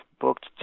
booked